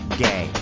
gay